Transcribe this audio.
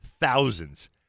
thousands